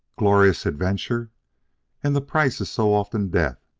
glorious adventure and the price is so often death.